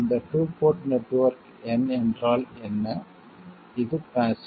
இந்த two port network N என்றால் என்ன இது பாஸ்ஸிவ்